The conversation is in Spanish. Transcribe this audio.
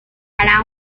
para